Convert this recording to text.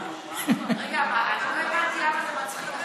רגע, לא הבנתי למה זה מצחיק.